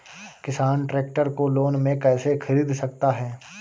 किसान ट्रैक्टर को लोन में कैसे ख़रीद सकता है?